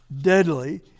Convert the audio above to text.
deadly